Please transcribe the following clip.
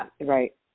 right